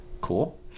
Cool